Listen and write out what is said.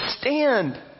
stand